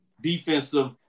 defensive